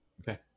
Okay